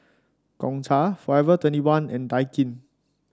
Gongcha Forever Twenty one and Daikin